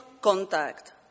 contact